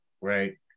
right